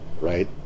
right